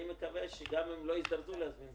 אני מקווה שגם אם לא יזדרזו להזמין,